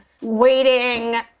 waiting